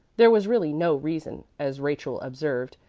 there was really no reason, as rachel observed,